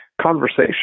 conversation